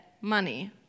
money